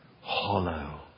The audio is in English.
hollow